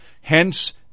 hence